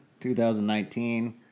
2019